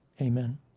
Amen